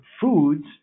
foods